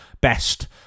best